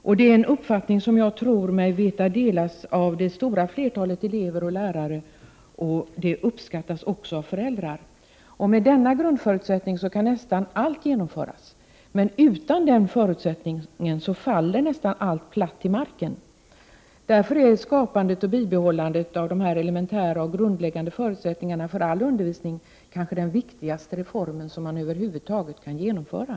Jag tror mig veta att denna uppfattning delas av det stora flertalet elever och lärare och även föräldrar. Om detta grundläggande krav uppfylls kan nästan allt genomföras, men om det inte uppfylls faller nästan allt platt till marken. Därför är skapandet och bibehållandet av dessa för all undervisning elementära och grundläggande förutsättningar kanske den viktigaste reform som man över huvud taget kan genomföra.